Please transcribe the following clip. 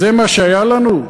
זה מה שהיה לנו?